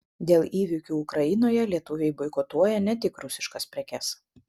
dėl įvykių ukrainoje lietuviai boikotuoja ne tik rusiškas prekes